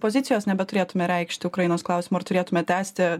pozicijos nebeturėtume reikšti ukrainos klausimu ar turėtume tęsti